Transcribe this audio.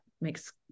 makes